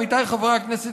עמיתיי חברי הכנסת,